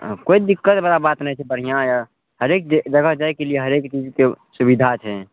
कोइ दिक्कत बला बात नहि छै बढ़िऑं यै हरेक जगह जाइके लिए हरेक चीजके सुविधा छै